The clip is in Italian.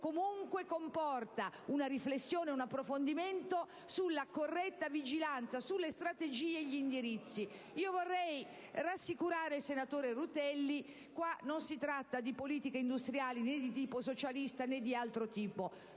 comunque comporta una riflessione e un approfondimento sulla corretta vigilanza, sulle strategie e gli indirizzi. Vorrei rassicurare il senatore Rutelli che non si tratta di politiche industriali né di tipo socialista, né di altro tipo;